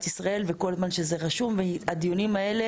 ישראל וכל זמן שזה רשום והדיונים האלה